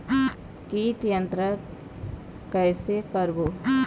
कीट नियंत्रण कइसे करबो?